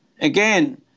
Again